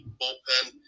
bullpen